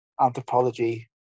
anthropology